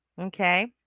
Okay